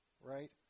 right